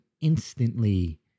instantly